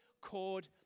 chord